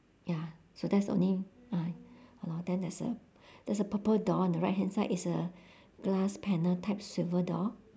ya so that's the only uh !hannor! then there's a there's a purple door on the right hand side it's a glass panel type swivel door